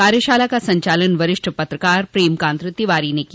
कार्यशाला का संचालन वरिष्ठ पत्रकार प्रेमकांत तिवारी ने किया